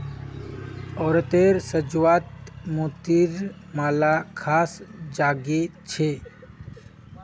औरतेर साज्वात मोतिर मालार ख़ास जोगो छे